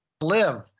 live